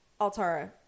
altara